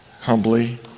humbly